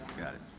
got it.